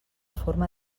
forma